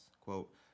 Quote